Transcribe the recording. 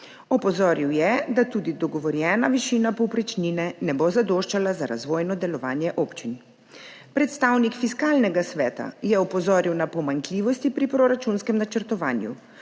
Opozoril je, da tudi dogovorjena višina povprečnine ne bo zadoščala za razvojno delovanje občin. Predstavnik Fiskalnega sveta je opozoril na pomanjkljivosti pri proračunskem načrtovanju.